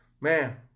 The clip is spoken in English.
Man